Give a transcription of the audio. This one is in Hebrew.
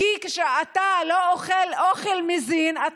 כי כשאתה לא אוכל מזין אתה